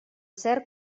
cert